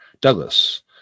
Douglas